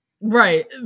Right